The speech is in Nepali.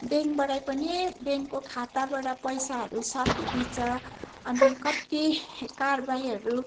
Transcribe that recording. ब्याङ्कबाटै पनि ब्याङ्कको खाताबाट पैसाहरू सकिदिन्छ अनि कति कार्वाहीहरू